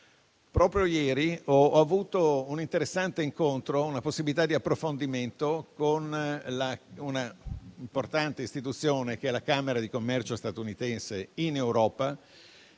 Proprio ieri ho avuto un interessante incontro e una possibilità di approfondimento con un'importante istituzione, la Camera di commercio statunitense in Europa,